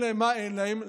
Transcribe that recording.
מה אין להם?